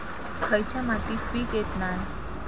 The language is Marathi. खयच्या मातीत पीक येत नाय?